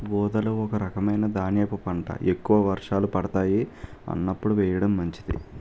ఊదలు ఒక రకమైన ధాన్యపు పంట, ఎక్కువ వర్షాలు పడతాయి అన్నప్పుడు వేయడం మంచిది